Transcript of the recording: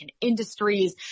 industries